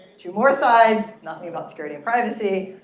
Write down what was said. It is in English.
two more sides. nothing about security and privacy.